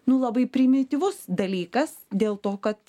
nu labai primityvus dalykas dėl to kad